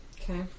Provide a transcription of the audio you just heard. Okay